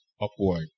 upward